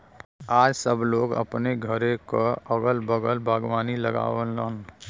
आज सब लोग अपने घरे क अगल बगल बागवानी लगावलन